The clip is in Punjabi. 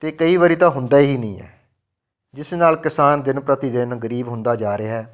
ਅਤੇ ਕਈ ਵਾਰੀ ਤਾਂ ਹੁੰਦਾ ਹੀ ਨਹੀਂ ਹੈ ਜਿਸ ਨਾਲ ਕਿਸਾਨ ਦਿਨ ਪ੍ਰਤੀ ਦਿਨ ਗਰੀਬ ਹੁੰਦਾ ਜਾ ਰਿਹਾ